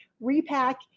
repack